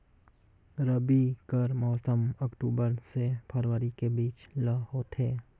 रबी कर मौसम अक्टूबर से फरवरी के बीच ल होथे